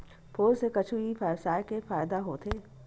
Phone से कुछु ई व्यवसाय हे फ़ायदा होथे?